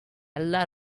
lot